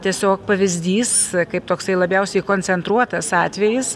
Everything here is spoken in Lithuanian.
tiesiog pavyzdys kaip toksai labiausiai koncentruotas atvejis